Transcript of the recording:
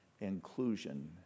inclusion